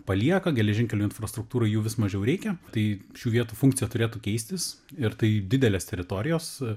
palieka geležinkelių infrastruktūrai jų vis mažiau reikia tai šių vietų funkcija turėtų keistis ir tai didelės teritorijos